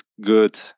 good